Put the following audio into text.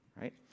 right